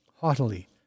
haughtily